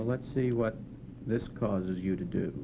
know let's see what this causes you to do